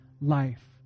life